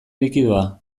likidoa